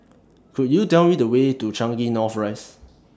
Could YOU Tell Me The Way to Changing North Rise